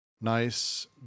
nice